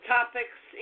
Topics